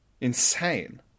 insane